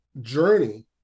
journey